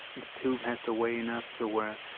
the tube has to weight enough to where,